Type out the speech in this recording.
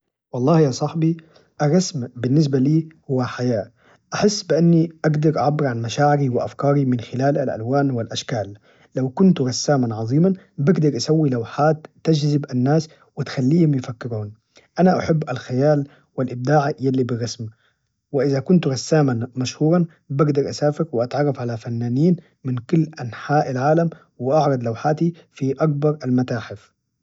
والله يا صاحبي، الرسم بالنسبة لي هو حياة، أحس بأني أقدر أعبر عن مشاعري وأفكاري من خلال الألوان والأشكال، لو كنت رساماً عظيماً بقدر أسوي لوحات تجزب الناس وتخليهم يفكرون، أنا أحب الخيال والإبداعي إللي بالرسم، وإذا كنت رساماً مشهوراً بقدر أسافر وأتعرف على فنانين من كل أنحاء العالم، وأعرض لوحاتي في أكبر المتاحف.